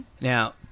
Now